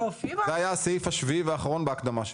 זה היה הסעיף השביעי והאחרון בהקדמה שלי.